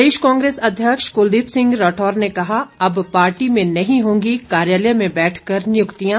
प्रदेश कांग्रेस अध्यक्ष कुलदीप सिंह राठौर ने कहा अब पार्टी में नहीं होंगी कार्यालय में बैठकर नियुक्तियां